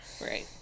Right